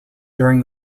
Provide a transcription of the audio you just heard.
during